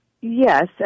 yes